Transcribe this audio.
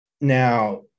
Now